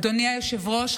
אדוני היושב-ראש.